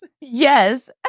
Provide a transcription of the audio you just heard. Yes